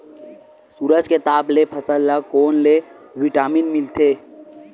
सूरज के ताप ले फसल ल कोन ले विटामिन मिल थे?